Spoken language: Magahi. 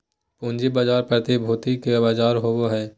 पूँजी बाजार प्रतिभूति के बजार होबा हइ